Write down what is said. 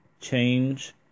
change